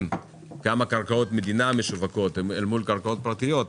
כמה קרקעות מדינה משווקות אל מול קרקעות פרטיות,